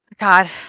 God